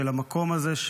של המקום הזה,